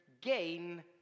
gain